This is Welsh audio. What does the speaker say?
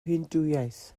hindŵaeth